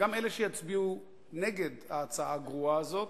גם אלה שיצביעו נגד ההצעה הגרועה הזאת